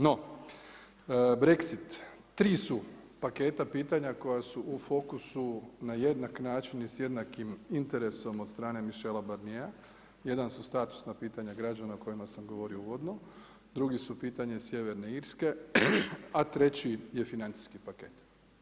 No Brexit, tri su paketa pitanja u fokusu na jednak način i s jednakim interesom od strane Michel Barniera, jedan su statusna pitanja građana o kojima sam govorio uvodno, drugi su pitanje sjeverne Irske, a treći je financijski paket.